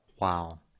Wow